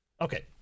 Okay